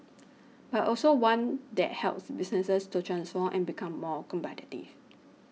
but also one that helps businesses to transform and become more competitive